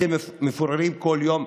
אתם מפוררים כל יום,